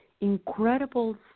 incredible